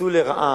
ניצול לרעה,